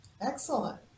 Excellent